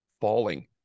falling